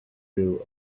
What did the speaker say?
rule